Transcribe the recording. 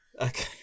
Okay